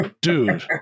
Dude